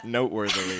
noteworthy